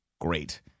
great